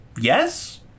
yes